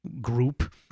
group